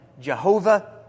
Jehovah